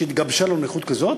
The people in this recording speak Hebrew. שהתגבשה לו נכות כזאת,